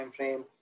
timeframe